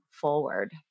forward